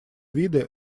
виды